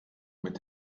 mit